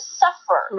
suffer